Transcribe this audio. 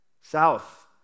South